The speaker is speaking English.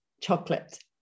chocolate